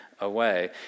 away